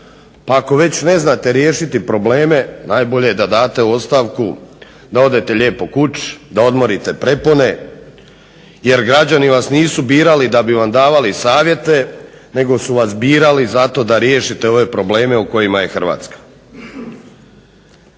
Pa ako već ne znate riješiti probleme najbolje je da date ostavku, da odete lijepo kući, da odmorite prepone jer građani vas nisu birali da bi vam davali savjete nego su vas birali zato da riješite ove probleme u kojima je Hrvatska.